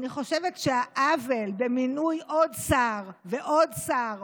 אני חושבת שהעוול במינוי של עוד שר ועוד שר